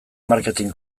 marketin